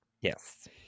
Yes